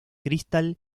cristal